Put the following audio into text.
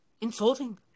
Insulting